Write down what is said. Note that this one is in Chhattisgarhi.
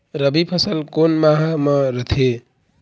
रबी फसल कोन माह म रथे?